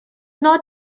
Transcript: not